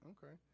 Okay